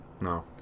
No